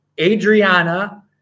Adriana